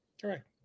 Correct